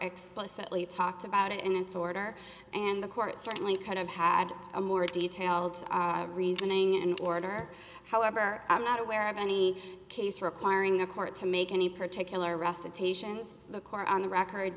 explicitly talked about it in its order and the court certainly could have had a more detailed reasoning and order however i'm not aware of any case requiring the court to make any particular recitations the court on the record